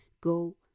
Go